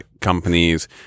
companies